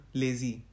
lazy